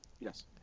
Yes